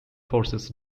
forces